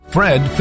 Fred